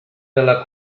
nella